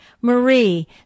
Marie